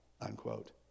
unquote